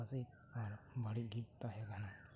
ᱯᱟᱪᱮᱫ ᱟᱨ ᱵᱟᱹᱲᱤᱡ ᱜᱮ ᱛᱟᱦᱮᱸ ᱠᱟᱱᱟ